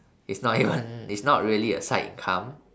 it's not even it's not really a side income